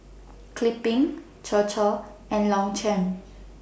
Kipling Chir Chir and Longchamp